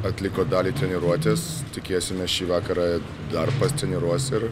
atliko dalį treniruotės tikėsimės šį vakarą dar pasitreniruos ir